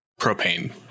propane